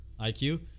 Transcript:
IQ